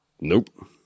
Nope